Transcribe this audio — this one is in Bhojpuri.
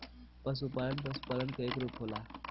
पसुपालन पसुपालन क एक रूप होला